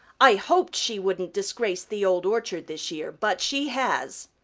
i hoped she wouldn't disgrace the old orchard this year, but she has.